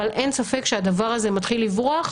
אבל אין ספק שהדבר הזה מתחיל לברוח,